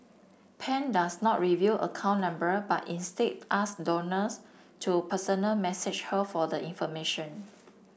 pan does not reveal account number but instead asks donors to personal message her for the information